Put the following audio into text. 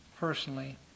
personally